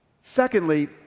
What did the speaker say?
Secondly